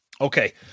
Okay